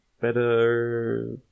Better